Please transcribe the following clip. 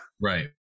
Right